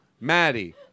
Maddie